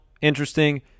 Interesting